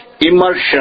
immersion